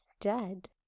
dead